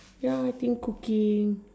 ya I think cooking